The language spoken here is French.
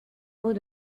mots